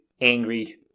angry